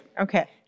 Okay